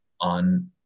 on